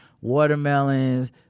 watermelons